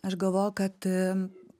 aš galvoju kad